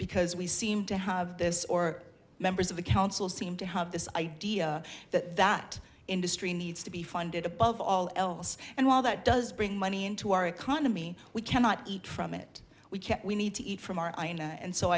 because we seem to have this or members of the council seem to have this idea that that industry needs to be funded above all else and while that does bring money into our economy we cannot eat from it we can't we need to eat from our ajna and so